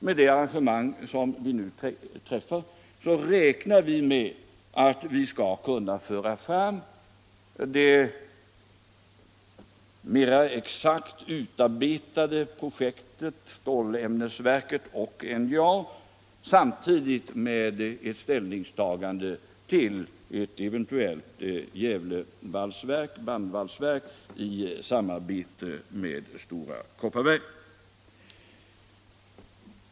Med det arrangemang som vi nu träffar räknar vi med att kunna föra fram det mer exakt utarbetade projektet — stålämnesverket och NJA — samtidigt med ett ställningstagande till ett eventuellt bandvalsverk i Gävle i samarbete med Stora Kopparberg.